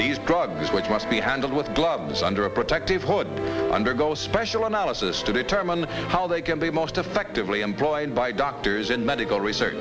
these drugs which must be handled with gloves under a protective hood undergoes special analysis to determine how they can be most effectively employed by doctors in medical research